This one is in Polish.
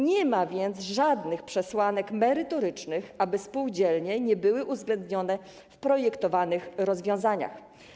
Nie ma więc żadnych przesłanek merytorycznych, aby spółdzielnie nie były uwzględnione w projektowanych rozwiązaniach.